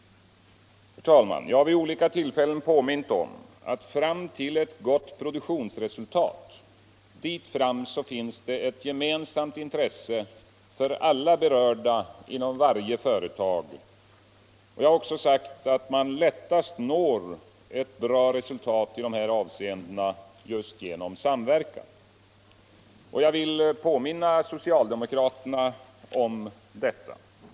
Jag har, herr talman, vid olika tillfällen påmint om att fram till ett gott produktionsresultat finns det ett gemensamt intresse för alla berörda inom varje företag och att man lättast når ett bra resultat just genom samverkan. Jag vill påminna socialdemokraterna om detta.